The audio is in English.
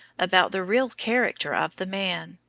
about the real character of the man,